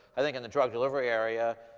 i think in the drug delivery area,